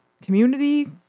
community